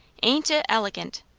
ain't it elegant!